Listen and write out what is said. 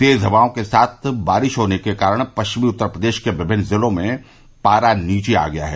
तेज हवाओं के साथ बारिश होने के कारण पश्चिमी उत्तर प्रदेश के विभिन्न जिलों में पारा नीचे आ गया है